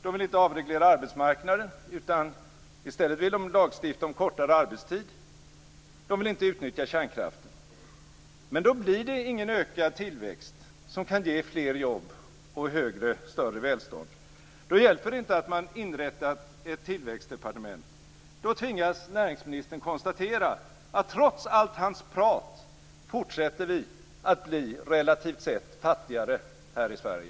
De vill inte avreglera arbetsmarknaden. I stället vill de lagstifta om kortare arbetstid. De vill inte utnyttja kärnkraften. Då blir det ingen ökad tillväxt som kan ge fler jobb och större välstånd. Då hjälper det inte att man inrättat ett tillväxtdepartement. Då tvingas näringsministern konstatera att trots allt hans prat fortsätter vi att bli relativt sett fattigare här i Sverige.